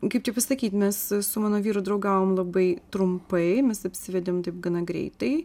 kaip čia pasakyt mes su mano vyru draugavom labai trumpai mes apsivedėm taip gana greitai